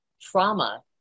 trauma